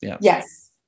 Yes